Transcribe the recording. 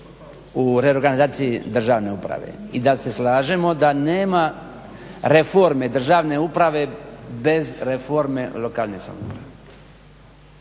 u reorganizaciji državne uprave i da se slažemo da nema reforme državne uprave bez reforme lokalne samouprave.